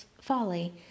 folly